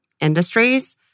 industries